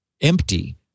empty